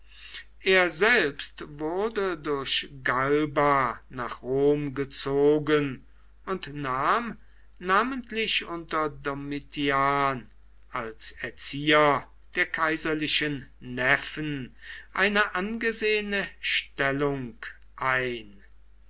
er selbst wurde durch galba nach rom gezogen und nahm namentlich unter domitian als erzieher der kaiserlichen neffen eine angesehene stellung ein